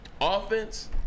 offense